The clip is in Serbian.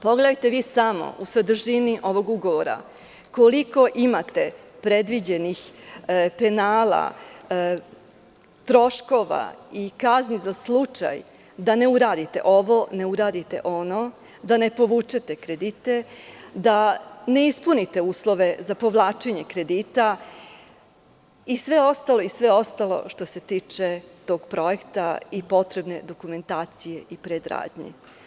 Pogledajte samo u sadržini ovog ugovora koliko imate predviđenih penala, troškova i kazni za slučaj da ne uradite ovo, ono, da ne povučete kredite, da ne ispunite uslove za povlačenje kredita i sve ostalo što se tiče tog projekta i potrebne dokumentacije i predradnji.